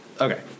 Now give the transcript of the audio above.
Okay